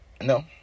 no